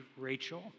Rachel